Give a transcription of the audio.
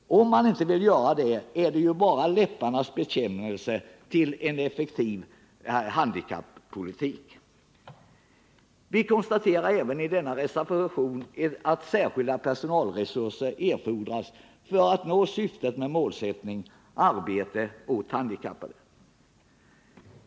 Om de inte vill göra det, är deras tal bara en läpparnas bekännelse till en effektiv arbetsmarknadspolitik. Vi konstaterar även i denna reservation att särskilda personalresurser erfordras för att nå syftet med målsättningen arbete åt handikappade.